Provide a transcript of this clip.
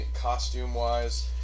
costume-wise